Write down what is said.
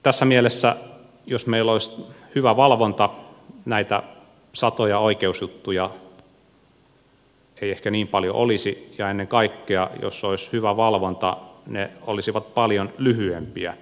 tässä mielessä jos meillä olisi hyvä valvonta näitä satoja oikeusjuttuja ei ehkä niin paljon olisi ja ennen kaikkea jos olisi hyvä valvonta ne olisivat paljon lyhyempiä